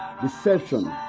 deception